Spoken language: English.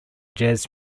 jazz